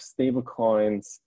stablecoins